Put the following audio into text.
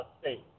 State